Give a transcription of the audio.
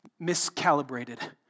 miscalibrated